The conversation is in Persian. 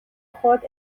خود